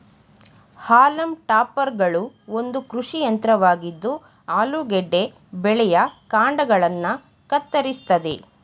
haulm ಟಾಪರ್ಗಳು ಒಂದು ಕೃಷಿ ಯಂತ್ರವಾಗಿದ್ದು ಆಲೂಗೆಡ್ಡೆ ಬೆಳೆಯ ಕಾಂಡಗಳನ್ನ ಕತ್ತರಿಸ್ತದೆ